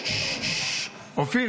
בשנה